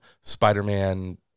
Spider-Man